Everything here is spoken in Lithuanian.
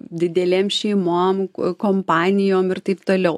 didelėm šeimom kompanijom ir taip toliau